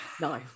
No